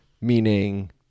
meaning